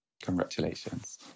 Congratulations